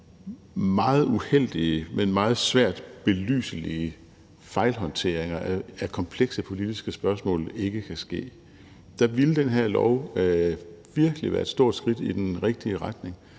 meget uheldige, men meget svært belyselige fejlhåndteringer af komplekse politiske spørgsmål ikke kan ske. Der ville den her lov virkelig være et stort skridt i den rigtige retning,